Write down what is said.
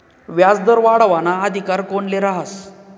व्याजदर वाढावाना अधिकार कोनले रहास?